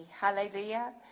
Hallelujah